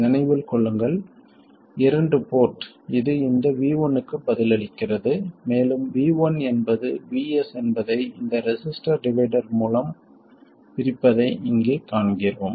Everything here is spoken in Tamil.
நினைவில் கொள்ளுங்கள் இரண்டு போர்ட் இது இந்த V1 க்கு பதிலளிக்கிறது மேலும் V1 என்பது VS என்பதை இந்த ரெசிஸ்டர் டிவைடர் மூலம் பிரிப்பதை இங்கே காண்கிறோம்